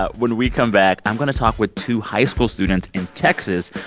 ah when we come back, i'm going to talk with two high-school students in texas,